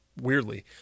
weirdly